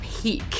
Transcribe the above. Peak